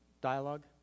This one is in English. dialogue